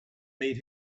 made